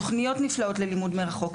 תוכניות נפלאות ללימוד מרחוק,